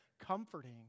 comforting